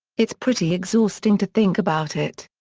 it's pretty exhausting to think about it.